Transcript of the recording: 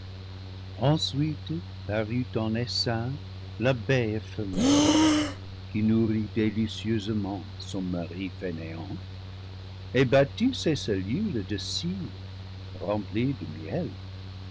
ensuite parut en essaim l'abeille femelle qui nourrit délicieusement son mari fainéant et bâtit ses cellules de cire remplies de miel